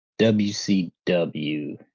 WCW